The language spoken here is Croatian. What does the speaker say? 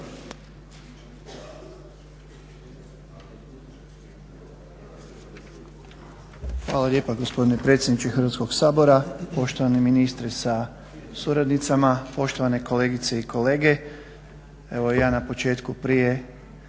Hvala lijepa gospodine predsjedniče Hrvatskog sabora, poštovani ministre sa suradnicama, poštovane kolegice i kolege. Evo, ja na početku prije